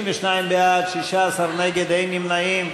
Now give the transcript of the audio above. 52 בעד, 16 נגד, אין נמנעים.